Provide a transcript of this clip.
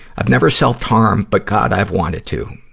i've never self-harmed, but god i've wanted to.